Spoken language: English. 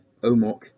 Omok